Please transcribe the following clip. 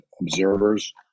observers